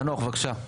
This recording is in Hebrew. חנוך בבקשה.